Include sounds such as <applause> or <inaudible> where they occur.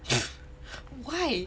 <breath> why